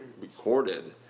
recorded